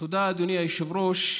תודה, אדוני היושב-ראש.